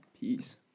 Peace